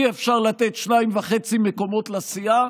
אי-אפשר לתת 2.5 מקומות לסיעה,